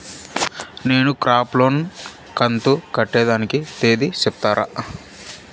నేను crop loan కంతు కట్టేదానికి తేది సెప్తారా?